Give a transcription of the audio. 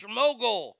mogul